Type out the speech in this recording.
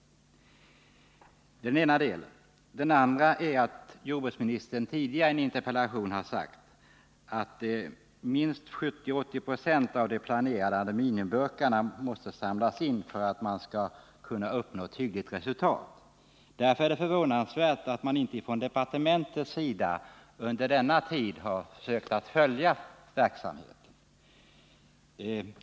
Till detta kommer att jordbruksministern tidigare i ett interpellationssvar har sagt att minst 70-80 96 av de planerade aluminiumburkarna måse samlas in för att man skall uppnå ett hyggligt resultat. Därför är det förvånansvärt att man inte från departementets sida under denna tid har försökt att följa verksamheten.